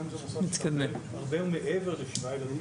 גם אם זה מוסד של הרבה מעבר לשבעה ילדים?